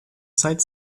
site